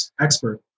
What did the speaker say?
expert